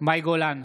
מאי גולן,